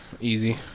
Easy